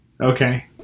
Okay